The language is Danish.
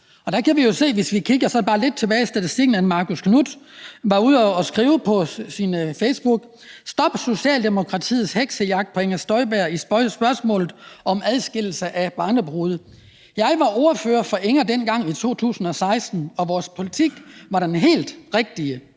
ej. Der kan vi jo se, hvis vi kigger bare lidt tilbage i statistikken, at Marcus Knuth var ude og skrive på sin facebookprofil: »Stop Socialdemokratiets heksejagt på Inger Støjberg i spørgsmålet om adskillelse af barnebrude. Jeg var ordfører for Inger dengang i 2016, og vores politik var den helt rigtige: